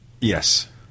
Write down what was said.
Yes